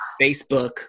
Facebook